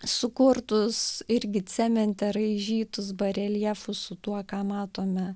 sukurtus irgi cemente raižytus bareljefus su tuo ką matome